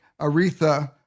Aretha